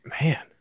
Man